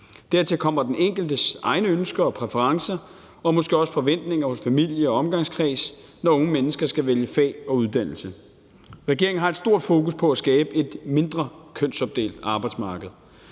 Dertil kommer den enkeltes egne ønsker og præferencer og måske også forventninger hos familie og omgangskreds, når unge mennesker skal vælge fag og uddannelse. Regeringen har et stort fokus på at skabe et mindre kønsopdelt arbejdsmarked.